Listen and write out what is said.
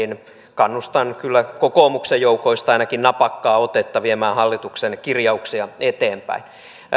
kannustan kyllä kokoomuksen joukoista ainakin napakkaa otetta viedä hallituksen kirjauksia eteenpäin